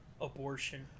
abortion